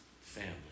family